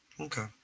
okay